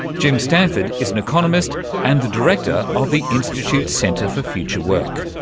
jim stanford is an economist and the director of the institute's centre for future work.